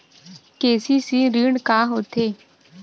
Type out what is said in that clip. KCC ऋण का होथे?